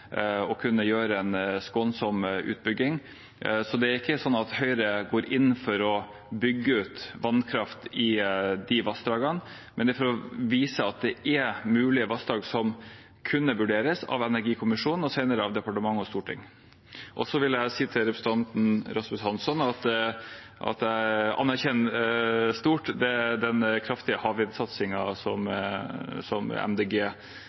Høyre går inn for å bygge ut vannkraft i de vassdragene, men det var for å vise at det er mulige vassdrag, som kunne vurderes av energikommisjonen og senere av departement og storting. Og jeg vil si til representanten Rasmus Hansson at jeg anerkjenner stort den kraftige havvindsatsingen som Miljøpartiet De Grønne går inn for, og som